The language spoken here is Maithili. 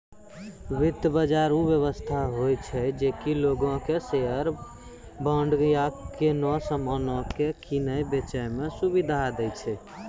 वित्त बजार उ व्यवस्था होय छै जे कि लोगो के शेयर, बांड या कोनो समानो के किनै बेचै मे सुविधा दै छै